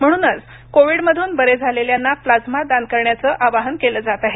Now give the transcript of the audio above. म्हणूनच कोविड मधून बरे झालेल्यांना प्लाझ्मा दान करण्याचे आवाहन केले जात आहे